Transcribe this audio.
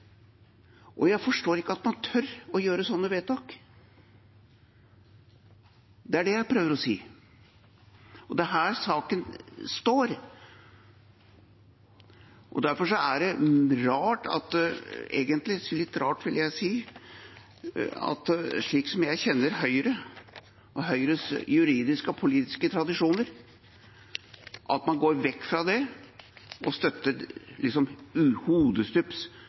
og jeg forstår ikke at man tør å gjøre sånne vedtak. Det er det jeg prøver å si. Og det er her saken står, og derfor er det egentlig litt rart, vil jeg si – slik som jeg kjenner Høyre og Høyres juridiske og politiske tradisjoner – at man går vekk fra det og hodestups støtter